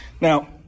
Now